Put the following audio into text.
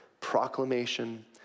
proclamation